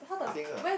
pink ah